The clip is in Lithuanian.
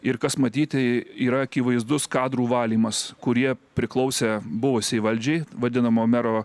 ir kas matyti yra akivaizdus kadrų valymas kurie priklausė buvusiai valdžiai vadinamo mero